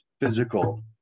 physical